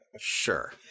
Sure